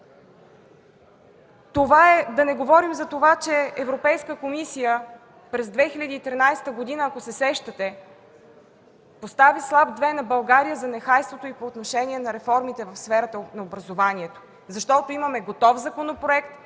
Да не говорим за това, че Европейската комисия през 2013 г., ако се сещате, постави „слаб 2” на България за нехайството й по отношение на реформите в сферата на образованието, защото имаме готов законопроект,